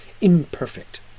Imperfect